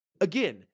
again